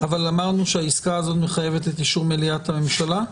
אבל אמרנו שהעסקה הזאת מחייבת את אישור מליאת הממשלה?